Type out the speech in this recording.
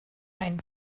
ein